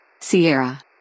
Sierra